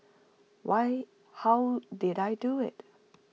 why how did I do IT